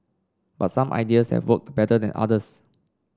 but some ideas have worked better than others